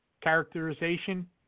characterization